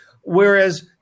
Whereas